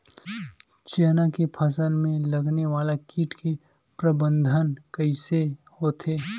चना के फसल में लगने वाला कीट के प्रबंधन कइसे होथे?